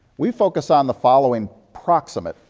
we focus on the following proximate,